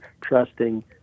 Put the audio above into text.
trusting